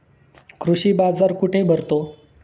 कृषी बाजार कुठे भरतो?